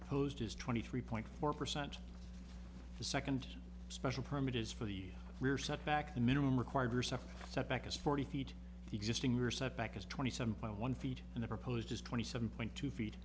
opposed is twenty three point four percent the second special permit is for the rear setback the minimum required setback is forty feet existing rosette back as twenty seven point one feet and the proposed is twenty seven point two feet